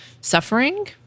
suffering